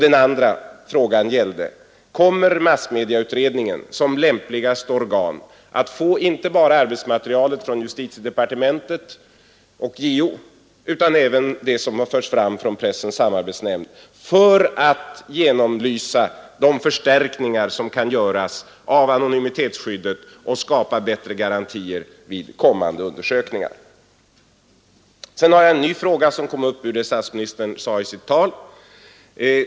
Den andra frågan gällde: Kommer massmedieutredningen som lämpligaste organ att få inte bara arbetsmaterialet från justitiedepartementet och justitieombudsmannen utan även det som har förts fram från Pressens samarbetsnämnd för att genomlysa de förstärkningar som kan göras av anonymitetsskyddet och skapa bättre garantier vid kommande undersökningar? Sedan har jag en ny fråga som föranletts av något som statsministern yttrade i sitt anförande.